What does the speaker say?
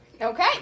Okay